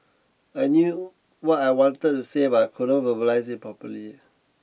I knew what I wanted to say but I couldn't verbalize it properly